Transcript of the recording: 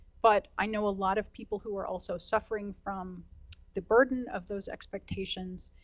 but, i know a lot of people who are also suffering from the burden of those expectations,